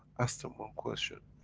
ask them one question.